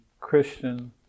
Christian